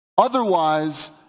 Otherwise